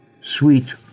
Sweet